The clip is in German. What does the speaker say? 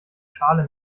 schale